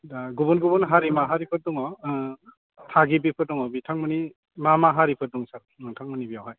दा गुबुन गुबुन हारि माहारिफोर दङ थागिबिफोर दङ बिथांमोननि मा मा हारिफोर दङ सार नोंथांमोननि बेवहाय